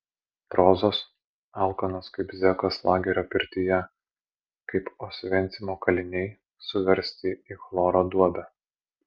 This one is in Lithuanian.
prozos alkanos kaip zekas lagerio pirtyje kaip osvencimo kaliniai suversti į chloro duobę